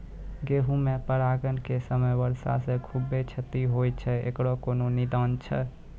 गेहूँ मे परागण के समय वर्षा से खुबे क्षति होय छैय इकरो कोनो निदान छै?